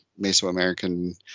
Mesoamerican